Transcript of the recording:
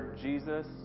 Jesus